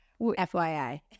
FYI